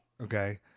okay